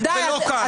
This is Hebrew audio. זה לא כאן.